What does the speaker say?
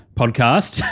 podcast